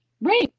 Right